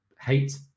hate